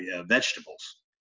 vegetables